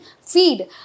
feed